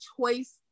choice